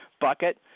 bucket